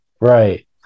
Right